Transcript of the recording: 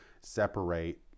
separate